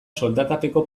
soldatapeko